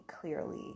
clearly